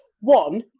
one